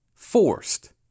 Forced